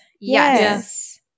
Yes